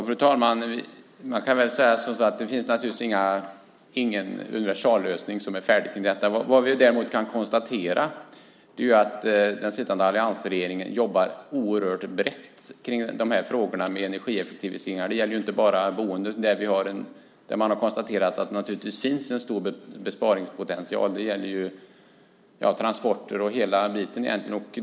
Fru talman! Man kan väl säga att det naturligtvis inte finns någon universallösning för detta. Vad vi däremot kan konstatera är att den sittande alliansregeringen jobbar oerhört brett kring frågorna om energieffektiviseringar. Det är inte bara i fråga om boendet som man har konstaterat att det finns en stor besparingspotential, utan det gäller även transporter och mycket annat.